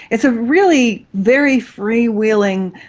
it's a really very freewheeling,